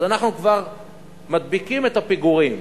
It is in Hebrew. אז אנחנו כבר מדביקים את הפיגורים.